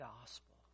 gospel